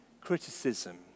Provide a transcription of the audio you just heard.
criticism